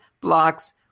blocks